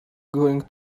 going